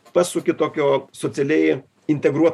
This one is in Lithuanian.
pasuki tokio socialiai integruot